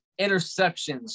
interceptions